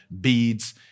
beads